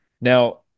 Now